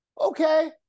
Okay